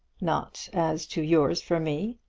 not as to yours for me.